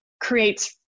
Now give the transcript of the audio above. creates